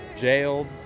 jailed